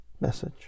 message